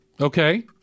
Okay